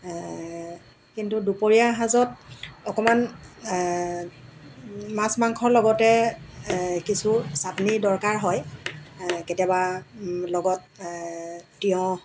কিন্তু দুপৰীয়া সাঁজত অকণমান মাছ মাংসৰ লগতে কিছু চাটনিৰ দৰকাৰ হয় কেতিয়াবা লগত তিঁয়হ